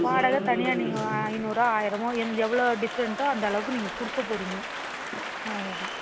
வாடகை தனியாக நீங்கள் ஐநூறோ ஆயிரமோ எந் எவ்வளோ டிஃப்ரெண்ட்டோ அந்தளவுக்கு நீங்கள் கொடுக்கப்போறீங்க அவ்வளோதான்